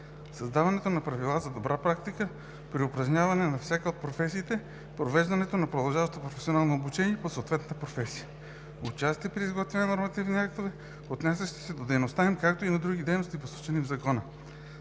създаване на правила за добра практика при упражняване на всяка от професиите; провеждането на продължаващо професионално обучение по съответната професия; участие при изготвянето на нормативни актове, отнасящи се до дейността им, както и други дейности, посочени в Закона.